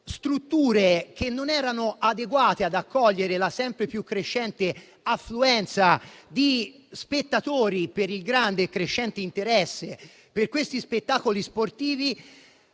strutture non erano adeguate ad accogliere la sempre maggior affluenza di spettatori causata dal grande e crescente interesse per quegli spettacoli sportivi.